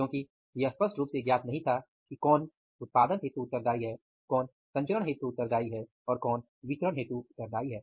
क्योकि यह स्पष्ट रूप से ज्ञात नहीं था कि कौन उत्पादन हेतु उत्तरदायी है कौन संचरण हेतु उत्तरदायी है और कौन वितरण हेतु उत्तरदायी है